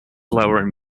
lower